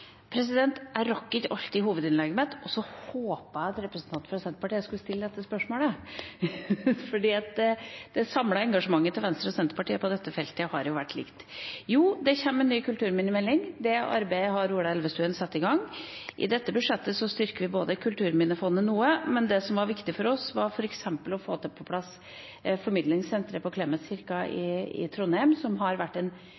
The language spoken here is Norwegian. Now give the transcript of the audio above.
Jeg rakk ikke alt i hovedinnlegget mitt, og så håpet jeg at representanten fra Senterpartiet skulle stille dette spørsmålet, for det samlede engasjementet til Venstre og Senterpartiet på dette feltet har jo vært likt. Jo, det kommer en ny kulturminnemelding. Det arbeidet har Ola Elvestuen satt i gang. I dette budsjettet styrker vi Kulturminnefondet noe, men det som var viktig for oss, var f.eks. å få på plass formidlingssenteret